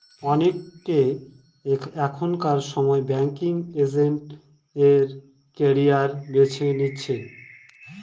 অনেকে এখনকার সময় ব্যাঙ্কিং এজেন্ট এর ক্যারিয়ার বেছে নিচ্ছে